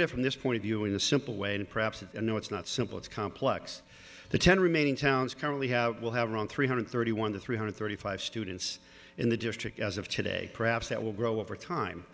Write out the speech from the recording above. at it from this point of view in a simple way and perhaps no it's not simple it's complex the ten remaining towns currently have we'll have around three hundred thirty one to three hundred thirty five students in the district as of today perhaps that will grow over time